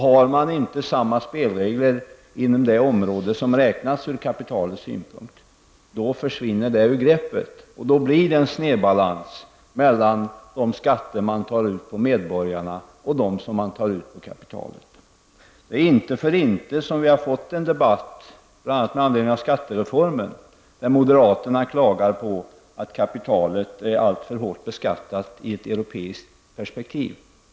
Har man inte samma spelregler inom det område som räknas ur kapitalets synpunkt, då försvinner det ur greppet, och då blir det en snedbalans mellan de skatter man tar ut av medborgarna och de skatter man tar ut på kapitalet. Det är inte för inte som vi har fått en debatt, bl.a. med anledning av skattereformen, där moderaterna klagar över att kapitalet är alltför hårt beskattat i ett europeiskt perspektiv.